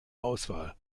auswahl